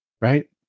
right